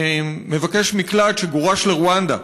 מבקש מקלט שגורש לרואנדה.